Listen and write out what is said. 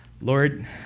Lord